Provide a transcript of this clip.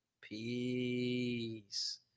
Peace